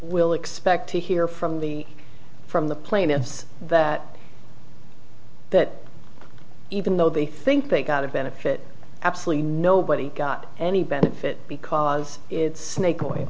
we'll expect to hear from the from the plaintiffs that that even though they think they got the benefit absolutely nobody got any benefit because it's snake